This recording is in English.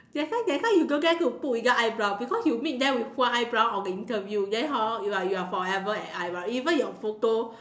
that's why that's why you don't dare to put without eyebrow because you meet them with one eyebrow on the interview then hor you are like forever an eyebrow even your photo